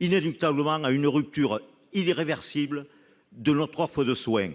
inéluctablement à une rupture irréversible de notre offre de soins.